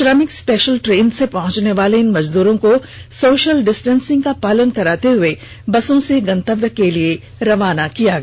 श्रमिक special train से पहँचने वाले इन मजदूरों को सोशल डिस्टेंसिंग का पालन करवाते हुए बर्सों से गंतव्य के लिए रवाना किया गया